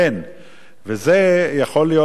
וזה יכול להיות שלממשלות,